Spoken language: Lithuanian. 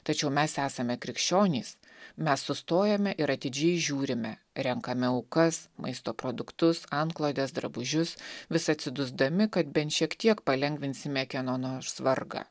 tačiau mes esame krikščionys mes sustojame ir atidžiai žiūrime renkame aukas maisto produktus antklodes drabužius vis atsidusdami kad bent šiek tiek palengvinsime kieno nors vargą